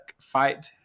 fight